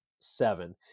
seven